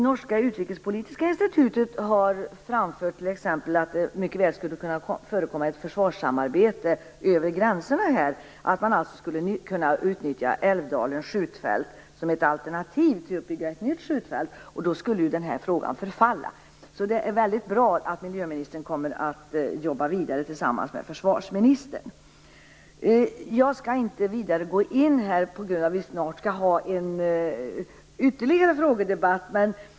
Norska utrikespolitiska institutet har t.ex. framfört att det mycket väl skulle kunna förekomma ett försvarssamarbete över gränserna, att man alltså skulle kunna utnyttja Älvdalens skjutfält som ett alternativ till att bygga ett nytt skjutfält. I så fall skulle ju den här frågan falla. Det är väldigt bra att miljöministern kommer att jobba vidare i frågan tillsammans med försvarsministern. Eftersom vi snart skall ha ytterligare en frågedebatt här i kammaren skall jag inte fördjupa mig vidare i det här ärendet.